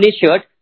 shirt